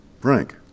Frank